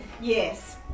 Yes